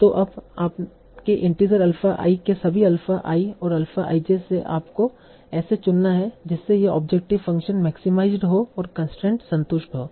तो अब आपके इन्टिजर अल्फ़ा i के सभी अल्फ़ा i और अल्फ़ा i j से आपको ऐसे चुनना है जिससे यह ऑब्जेक्टिव फ़ंक्शन मैक्सीमाईड हो और कंसट्रेंट संतुष्ट हों